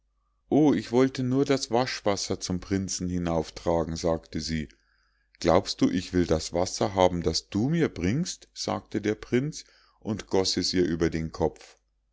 o ich wollte nur das waschwasser zum prinzen hinauftragen sagte sie glaubst du ich will das wasser haben das du mir bringst sagte der prinz und goß es ihr über den kopf